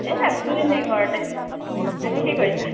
এই আছো এনেই ঘৰতে তুমি কি কৰিছা